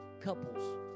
couples